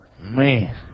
man